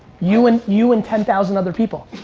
you and you and ten thousand other people.